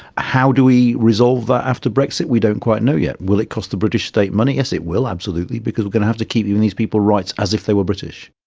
how do we resolve that after brexit, we don't quite know yet. will it cost the british state money? yes, it will, absolutely, because we're going to have to keep giving these people rights as if they were british.